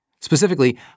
Specifically